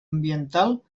ambiental